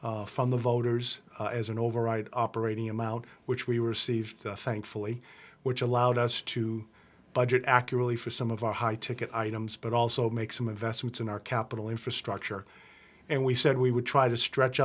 from the voters as an overwrite operating amount which we were seized thankfully which allowed us to budget accurately for some of our high ticket items but also make some investments on our capital infrastructure and we said we would try to stretch